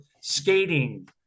skating